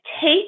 take